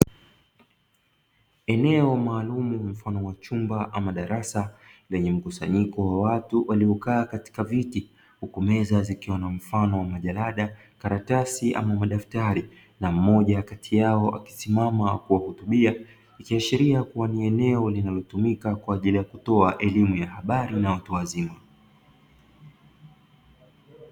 Eneo maalum mfano wa chumba ama darasa, lenye mkusanyiko wa watu waliokaa katika viti, huku meza zikiwa na mfano wa majarada, karatasi, ama madaftari, na mmoja kati yao akisimama kuwahutubia ikiashiria kuwa ni eneo linalotumika kwa ajili ya kutoa elimu ya habari na watu wazima.